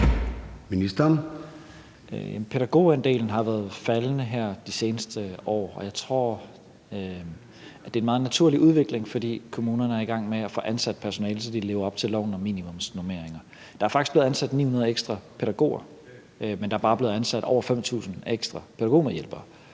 Pædagogandelen har været faldende her de seneste år, og jeg tror, at det er en meget naturlig udvikling, fordi kommunerne er i gang med at få ansat personale, så de lever op til loven om minimumsnormeringer. Der er faktisk blevet ansat 900 ekstra pædagoger, men der er bare blevet ansat over 5.000 ekstra pædagogmedhjælpere,